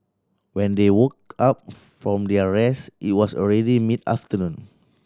when they woke up from their rest it was already mid afternoon